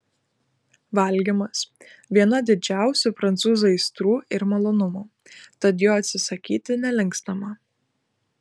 valgymas viena didžiausių prancūzų aistrų ir malonumų tad jo atsisakyti nelinkstama